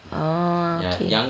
orh okay